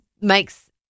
makes